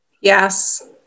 Yes